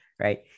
right